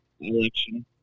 election